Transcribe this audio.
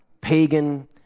Pagan